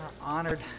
Honored